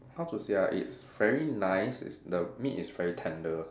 how to say ah it's very nice it's the meat is very tender